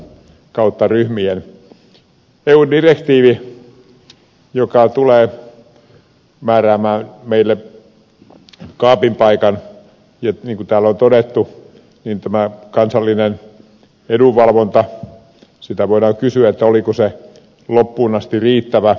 eu direktiivi tulee määräämään meille kaapin paikan ja niin kuin täällä on todettu voidaan kysyä oliko tämä kansallinen edunvalvonta loppuun asti riittävä